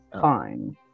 Fine